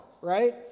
right